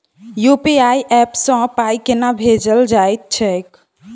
UPI app सँ पाई केना भेजल जाइत छैक?